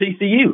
TCU